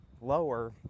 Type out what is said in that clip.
lower